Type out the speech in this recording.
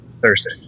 Thursday